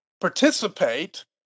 participate